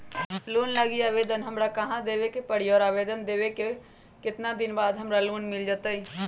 Loan लागी आवेदन हमरा कहां देवे के पड़ी और आवेदन देवे के केतना दिन बाद हमरा लोन मिल जतई?